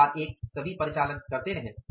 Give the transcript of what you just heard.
एक के बाद एक सभी परिचालन करते रहे